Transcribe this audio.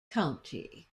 county